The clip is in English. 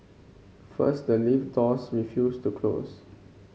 first the lift doors refused to close